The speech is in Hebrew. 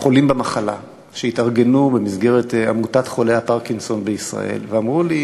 חולים במחלה שהתארגנו במסגרת עמותת חולי הפרקינסון בישראל ואמרו לי: